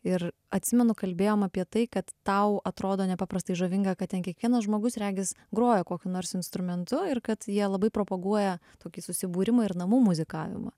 ir atsimenu kalbėjom apie tai kad tau atrodo nepaprastai žavinga kad ten kiekvienas žmogus regis groja kokiu nors instrumentu ir kad jie labai propaguoja tokį susibūrimą ir namų muzikavimą